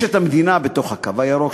יש מדינה בתוך הקו הירוק,